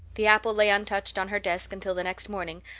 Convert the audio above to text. the apple lay untouched on her desk until the next morning,